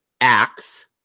acts